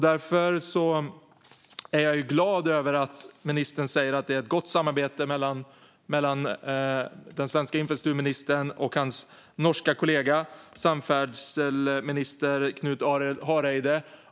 Därför är jag glad över att ministern säger att det är ett gott samarbete mellan den svenska infrastrukturministern och hans norska kollega samferdselsminister Knut Arild Hareide.